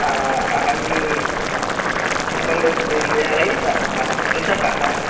अहं चिक्मङ्ग्ळूर् प्रदेशीय रैतः अहं कृषकः